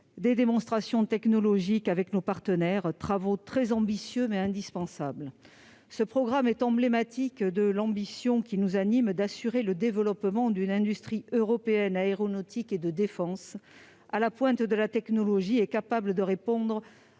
les démonstrations technologiques avec nos partenaires, travaux très ambitieux, mais indispensables. Ce programme est emblématique de l'ambition qui nous anime : assurer le développement d'une industrie européenne aéronautique et de défense qui soit à la pointe de la technologie et capable de répondre